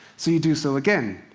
so you do so again.